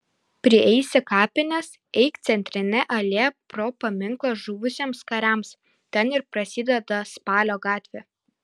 prieisi kapines eik centrine alėja pro paminklą žuvusiems kariams ten ir prasideda spalio gatvė